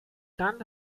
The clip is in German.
dann